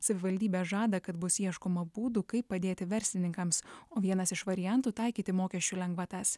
savivaldybė žada kad bus ieškoma būdų kaip padėti verslininkams o vienas iš variantų taikyti mokesčių lengvatas